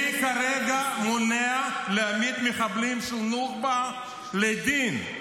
מי כרגע מונע להעמיד מחבלי נוח'בה לדין?